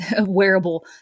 wearable